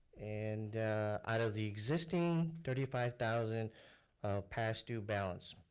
and out of the existing thirty five thousand past due balance,